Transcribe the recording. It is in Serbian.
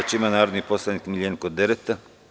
Reč ima narodni poslanik Miljenko Dereta.